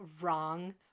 wrong